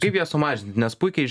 kaip ją sumažinti nes puikiai ž